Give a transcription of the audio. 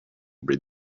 breed